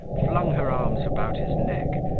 flung her arms about his neck,